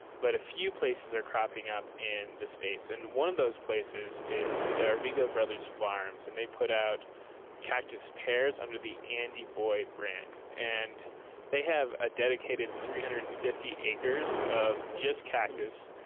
but a few places are cropping up in the states. and one of those places is d'arrigo bros. farms and they put out cactus pears under the andy boy brand. and they have a dedicated three hundred and fifty acres of just cactus,